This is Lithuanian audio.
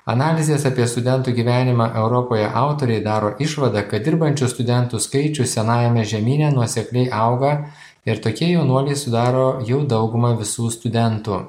analizės apie studentų gyvenimą europoje autoriai daro išvadą kad dirbančių studentų skaičius senajame žemyne nuosekliai auga ir tokie jaunuoliai sudaro jau daugumą visų studentų